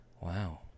wow